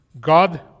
God